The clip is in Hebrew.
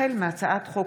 החל בהצעת חוק